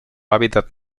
hábitat